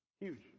huge